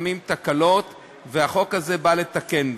תקלות שהחוק הזה בא לתקן.